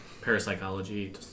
parapsychology